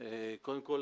קודם כול,